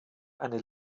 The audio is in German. eine